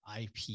IP